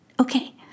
Okay